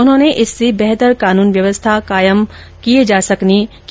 उन्होंने इससे बेहतर कानून व्यवस्था कायम की जा सकेगी